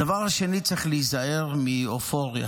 הדבר השני: צריך להיזהר מאופוריה.